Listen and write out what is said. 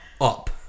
up